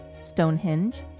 Stonehenge